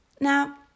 Now